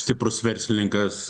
stiprus verslininkas